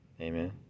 amen